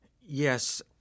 Yes